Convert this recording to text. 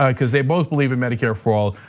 ah cuz they both believe in medicare for all.